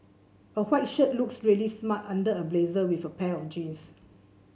a white shirt looks really smart under a blazer with a pair of jeans